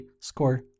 score